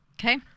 Okay